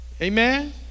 Amen